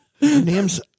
name's